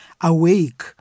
Awake